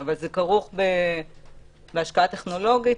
אבל זה כרוך בהשקעה טכנולוגית,